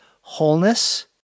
wholeness